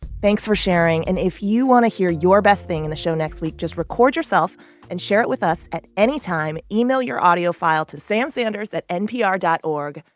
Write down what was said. thanks for sharing. and if you want to hear your best thing in the show next week, just record yourself and share it with us at anytime. email your audio file to samsanders at npr dot o r